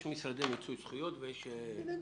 יש משרדי מיצוי זכויות ואומבודסמנים.